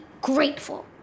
grateful